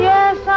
Yes